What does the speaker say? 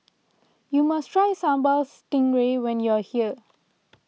you must try Sambal Stingray when you're here